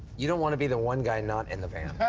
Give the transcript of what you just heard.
you don't want to be the one guy not in the van.